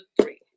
three